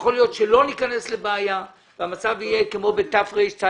יכול להיות שלא ניכנס לבעיה והמצב יהיה כמו בתרצ"א,